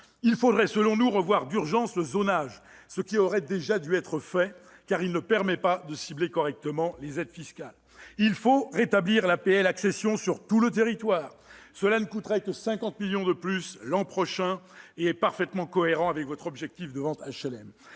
Il faudrait, selon nous, revoir d'urgence le zonage, ce qui aurait déjà dû être fait, car il ne permet pas de cibler correctement les aides fiscales. Il faut rétablir l'APL accession sur tout le territoire : cela ne coûterait que 50 millions d'euros de plus l'an prochain et ce serait parfaitement cohérent avec votre objectif de vente d'HLM.